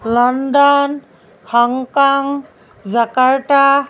London Hong Kong Jakarta